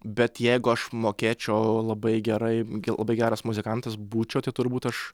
bet jeigu aš mokėčiau labai gerai gi labai geras muzikantas būčiau tai turbūt aš